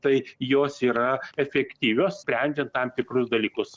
tai jos yra efektyvios sprendžiant tam tikrus dalykus